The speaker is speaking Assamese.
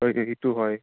হয় সেইটো হয়